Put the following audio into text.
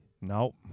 Nope